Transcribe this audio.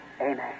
Amen